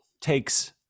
takes